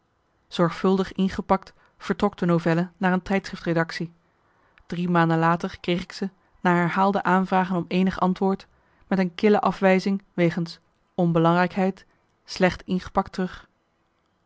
ingepakt vertrok de novelle naar een tijdschriftredactie drie maanden later kreeg ik ze na herhaalde aanvragen om eenig antwoord met een kille afwijzing wegens onbelangrijkheid slecht ingepakt terug